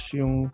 yung